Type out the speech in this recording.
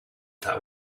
that